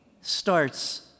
starts